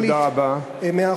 תודה רבה.